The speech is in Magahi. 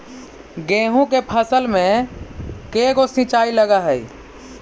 गेहूं के फसल मे के गो सिंचाई लग हय?